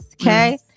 Okay